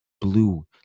blue